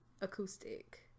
acoustic